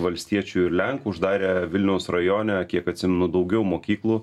valstiečių ir lenkų uždarė vilniaus rajone kiek atsimenu daugiau mokyklų